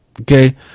Okay